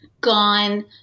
gone